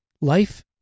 Life